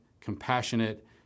compassionate